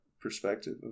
perspective